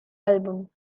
album